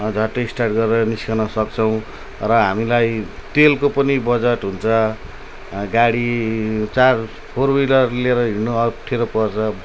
झट्टै स्टार्ट गरेर निस्कन सक्छौँ र हामीलाई तेलको पनि बजट हुन्छ गाडी चार फोर विलर लिएर हिँड्नु अप्ठ्यारो पर्छ